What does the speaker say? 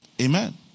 Amen